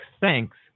thanks